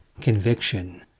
conviction